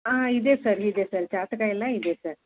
ಹಾಂ ಇದೆ ಸರ್ ಇದೆ ಸರ್ ಜಾತಕ ಎಲ್ಲ ಇದೆ ಸರ್